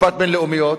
משפט בין-לאומיות.